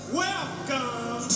welcome